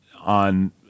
on